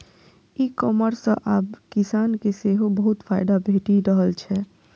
ई commerce सं आब किसान के सेहो बहुत फायदा भेटि रहल छै